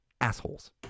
assholes